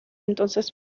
entonces